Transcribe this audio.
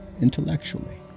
intellectually